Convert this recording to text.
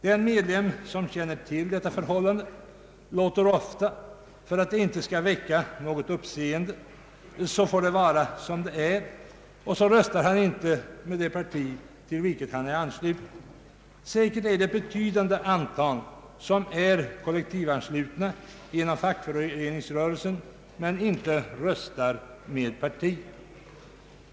Den medlem som känner till förhållandet låter ofta för att det inte skall väcka något uppseende det hela bero och röstar inte på det parti till vilket han är ansluten. Säkert är det ett betydande antal som är kollektivanslutna genom fackföreningsrörelsen men inte röstar med partiet.